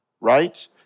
right